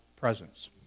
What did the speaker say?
presence